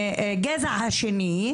מהגזע השני,